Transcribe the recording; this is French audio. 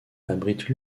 abrite